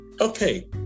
Okay